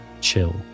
chill